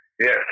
Yes